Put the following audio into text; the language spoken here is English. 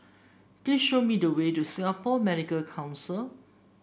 please show me the way to Singapore Medical Council